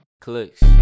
Clicks